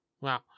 wow